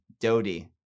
Dodi